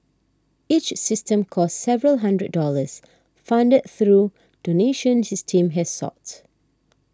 each system costs several hundred dollars funded through donations his team has sought